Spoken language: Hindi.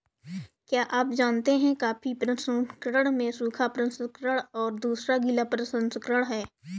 क्या आप जानते है कॉफ़ी प्रसंस्करण में सूखा प्रसंस्करण और दूसरा गीला प्रसंस्करण है?